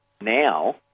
now